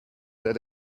that